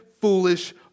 foolish